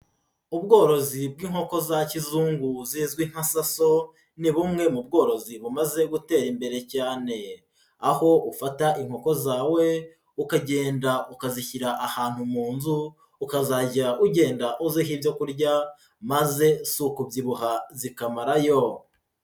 Ubworozi bw'inkoko za kizungu zizwi nka saso, ni bumwe mu bworozi bumaze gutera imbere cyane, aho ufata inkoko zawe, ukagenda ukazishyira ahantu mu nzu, ukazajya ugenda uziha ibyo kurya maze si ukubyibuha zikamarayo.